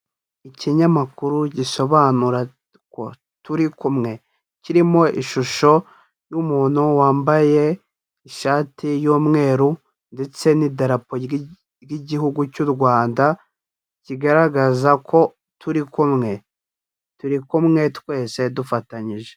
Ikinyamakuru gisobanura ko turi kumwe, kirimo ishusho y'umuntu wambaye ishati y'umweru ndetse n'idarapo ry'igihugu cy'u Rwanda kigaragaza ko turi kumwe, turi kumwe twese dufatanyije.